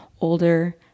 older